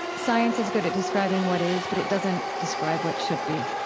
science is good at describing what is, but it doesn't describe what should be.